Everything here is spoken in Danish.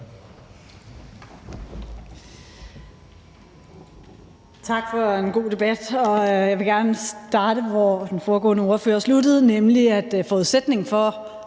Tak for en god debat. Jeg vil gerne starte, hvor den foregående ordfører sluttede, nemlig med at sige,